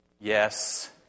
Yes